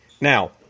Now